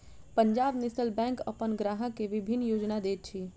Punjab National Bank अपन ग्राहक के विभिन्न योजना दैत अछि